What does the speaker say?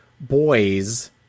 boys